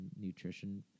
nutrition